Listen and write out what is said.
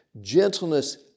gentleness